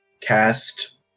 cast